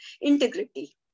integrity